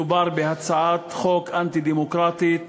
מדובר בהצעת חוק אנטי-דמוקרטית,